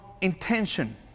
intention